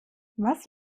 was